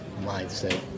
mindset